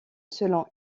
selon